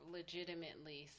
legitimately